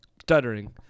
stuttering